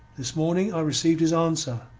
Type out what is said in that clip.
this morning i receive his answer.